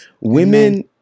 women